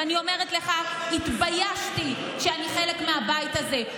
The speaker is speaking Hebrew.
ואני אומרת לך התביישתי שאני חלק מהבית הזה.